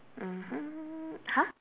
mmhmm !huh!